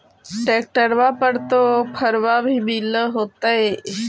ट्रैक्टरबा पर तो ओफ्फरबा भी मिल होतै?